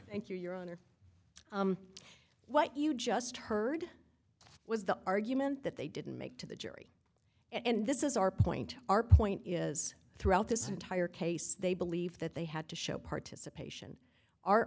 thank you your honor what you just heard was the argument that they didn't make to the jury and this is our point our point is throughout this entire case they believe that they had to show participation